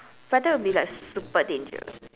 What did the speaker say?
but that would be like super dangerous